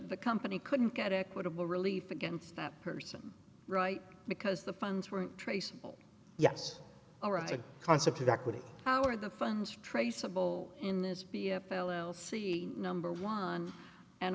the company couldn't get equitable relief against that person right because the funds were traceable yes the concept of equity power the funds traceable in this b f l l c number one and